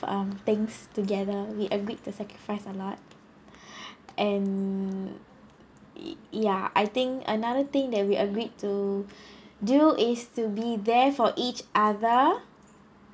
um things together we agreed to sacrifice a lot and ya I think another thing that we agreed to do is to be there for each other